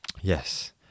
yes